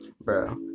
Bro